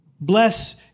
Bless